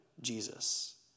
Jesus